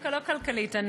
לא כלכלית.